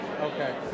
Okay